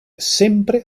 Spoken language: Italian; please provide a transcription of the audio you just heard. sempre